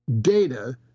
data